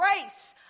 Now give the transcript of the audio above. grace